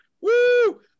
Woo